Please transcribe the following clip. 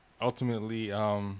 ultimately